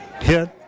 hit